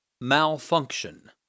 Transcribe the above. Malfunction